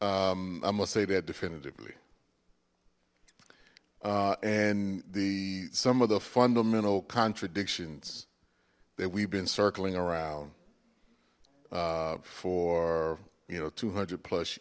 book i must say that definitively and the some of the fundamental contradictions that we've been circling around for you know two hundred plus